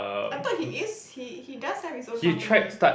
I thought he is he he does have his own company